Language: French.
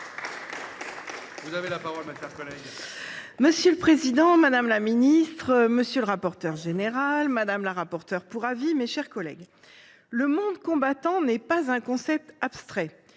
Monsieur le président, madame la secrétaire d’État, monsieur le rapporteur spécial, madame la rapporteure pour avis, mes chers collègues, le monde combattant n’est pas un concept abstrait.